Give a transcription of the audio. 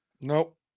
Nope